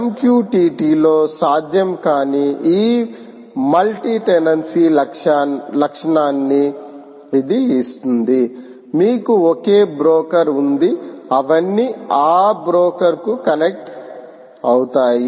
MQTT లో సాధ్యం కాని ఈ మల్టీ టెనెన్సీ లక్షణాన్ని ఇది ఇస్తుంది మీకు ఒకే బ్రోకర్ ఉంది అవన్నీ ఆ బ్రోకర్ కు కనెక్ట్ అవుతాయి